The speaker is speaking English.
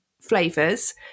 flavors